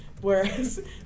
Whereas